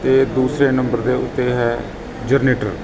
ਅਤੇ ਦੂਸਰੇ ਨੰਬਰ ਦੇ ਉੱਤੇ ਹੈ ਜਨਰੇਟਰ